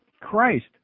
Christ